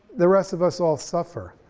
the rest of us all suffer,